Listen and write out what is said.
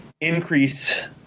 increase